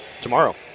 tomorrow